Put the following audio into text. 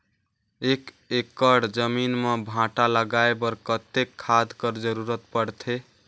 एक एकड़ जमीन म भांटा लगाय बर कतेक खाद कर जरूरत पड़थे?